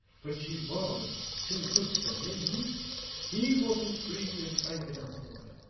but she was too good for him he wasn't free and frank enough for her.